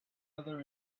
other